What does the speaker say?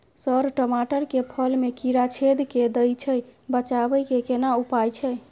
Sir टमाटर के फल में कीरा छेद के दैय छैय बचाबै के केना उपाय छैय?